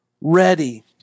ready